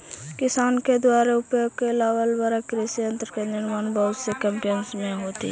किसान के दुयारा उपयोग में लावल जाए वाला कृषि यन्त्र के निर्माण बहुत से कम्पनिय से होइत हई